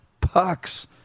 pucks